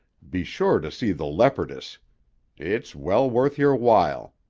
be sure to see the leopardess it's well worth your while.